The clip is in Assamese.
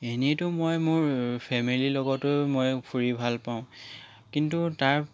এনেইতো মই মোৰ ফেমেলীৰ লগতো মই ফুৰি ভাল পাওঁ কিন্তু তাৰ